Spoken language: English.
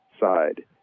side